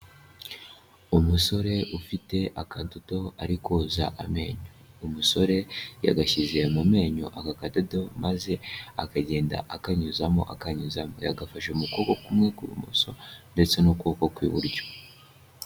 Umusore ufite akadodo ari koza amenyo, umusore yagashyize mu menyo aka kadodo maze akagenda akanyuzamo akanyuzamo, yagafashe mu kuboko kumwe ku imoso ndetse n'ukuboko ku iburyo.